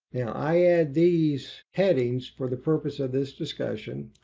i add these. headings for the purpose of this discussion.